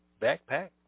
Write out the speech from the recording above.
backpack